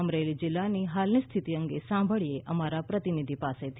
અમરેલી જિલ્લાની હાલની સ્થિતિ અંગે સાંભળીએ અમારા પ્રતિનિધિ પાસેથી